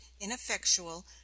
ineffectual